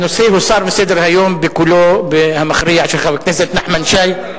הנושא הוסר מסדר-היום בקולו המכריע של חבר הכנסת נחמן שי.